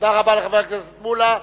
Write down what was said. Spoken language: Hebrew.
תודה רבה לחבר הכנסת מולה.